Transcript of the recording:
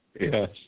Yes